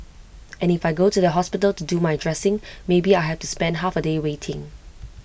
and if I go to the hospital to do my dressing maybe I have to spend half A day waiting